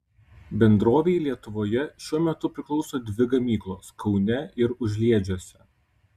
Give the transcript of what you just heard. bendrovei lietuvoje šiuo metu priklauso dvi gamyklos kaune ir užliedžiuose